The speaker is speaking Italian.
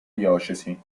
diocesi